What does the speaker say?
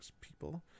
people